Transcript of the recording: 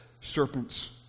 serpents